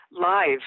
live